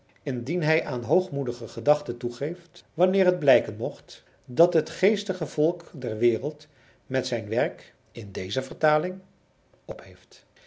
indien hij aan hoogmoedige gedachten toegeeft wanneer het blijken mocht dat het geestigste volk der wereld met zijn werk in deze vertaling opheeft